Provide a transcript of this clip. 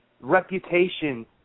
reputation